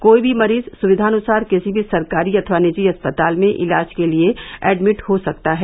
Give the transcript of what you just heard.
कोई भी मरीज सुविधानुसार किसी भी सरकारी अथवा निजी अस्पताल में इलाज के लिए एडमिट हो सकता है